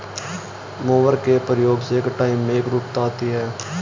mower के प्रयोग से कटाई में एकरूपता आती है